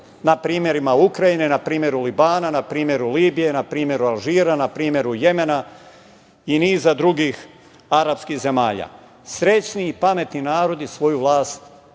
na primerima Ukrajine, na primeru Libana, na primeru Libije, na primeru Alžira, na primeru Jemena i niza drugih arapskih zemalja. Srećni i pametni narodi svoju vlast biraju